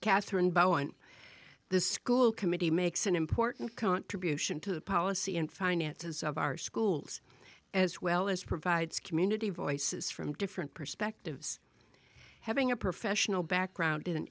katherine bowen the school committee makes an important contribution to the policy in finances of our schools as well as provides community voices from different perspectives having a professional background in